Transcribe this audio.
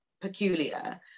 peculiar